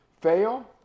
fail